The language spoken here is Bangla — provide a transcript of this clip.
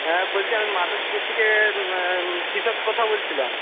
হ্যাঁ বলছি আমি মাধবপুর থেকে কৃষক কথা বলছিলাম